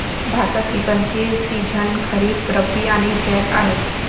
भारतात पिकांचे सीझन खरीप, रब्बी आणि जैद आहेत